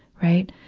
right.